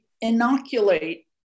inoculate